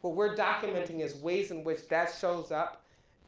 what we're documenting is ways in which that shows up